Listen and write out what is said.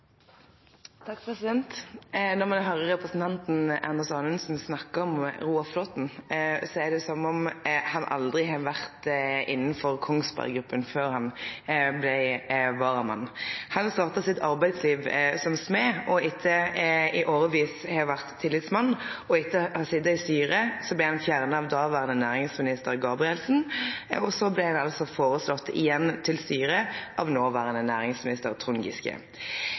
Når ein høyrer representanten Anders Anundsen snakke om Roar Flåthen, er det som om Flåthen aldri har vore innanfor Kongsberg Gruppen før han blei varamann. Han starta i arbeidslivet som smed, og har i årevis vore tillitsmann. Etter å ha sete i styret, blei han fjerna av dåverande næringsminister Gabrielsen. Og så blei han altså føreslått igjen til styret av noverande næringsminister Trond Giske.